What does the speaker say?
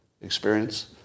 experience